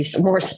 more